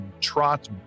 trot